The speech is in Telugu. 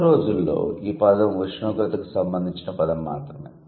పాత రోజుల్లో ఈ పదం ఉష్ణోగ్రతకు సంబంధించిన పదం మాత్రమే